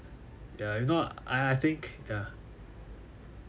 ya if not I I think ya